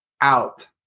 out